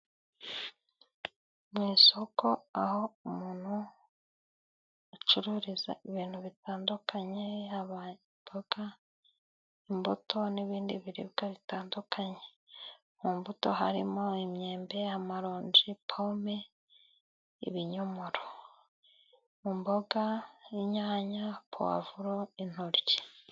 Mu isoko aho umuntu acururiza ibintu bitandukanye yaba imboga, imbuto n'ibindi biribwa bitandukanye. Mu mbuto harimo: imyembe, amaronji, pome, ibinyomoro, imboga, inyanya, powavuro, n'intoryi.